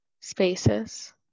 spaces